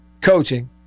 coaching